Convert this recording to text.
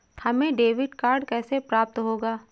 हमें debit card कैसे प्राप्त होगा?